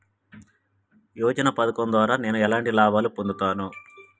యోజన పథకం ద్వారా నేను ఎలాంటి లాభాలు పొందుతాను?